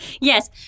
Yes